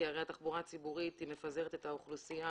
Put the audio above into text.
כי הרי התחבורה הציבורית מפזרת את האוכלוסייה